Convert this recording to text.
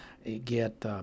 get